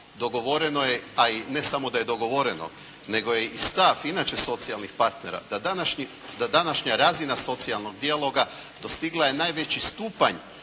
dogovoreno je a i ne samo da je dogovoreno nego je i stav inače socijalnih partnera da današnja razina socijalnog dijaloga dostigla je najveći stupanj